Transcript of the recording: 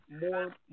more